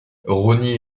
rosny